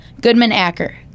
Goodman-Acker